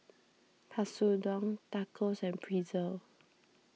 Katsudon Tacos and Pretzel